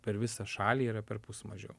per visą šalį yra perpus mažiau